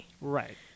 Right